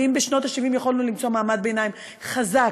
ואם בשנות ה-70 יכולנו למצוא מעמד ביניים חזק,